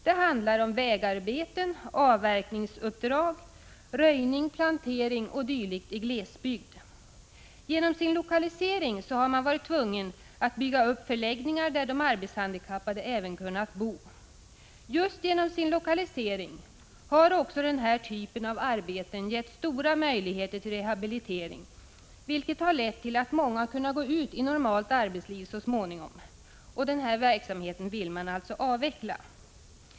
Det handlar om vägarbeten, avverkningsuppdrag, röjning, plantering o.d. i glesbygd. Genom lokaliseringen har man varit tvungen att bygga upp förläggningar där de arbetshandikappade även kunnat bo. Just genom sin lokalisering har också denna typ av arbeten gett stora möjligheter till rehabilitering, vilket har lett till att många har kunnat gå ut i normalt arbetsliv så småningom. Denna verksamhet vill man alltså avveckla.